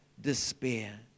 despair